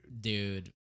Dude